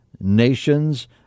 Nations